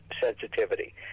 sensitivity